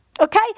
Okay